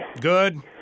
Good